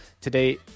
Today